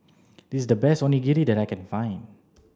this is the best Onigiri that I can find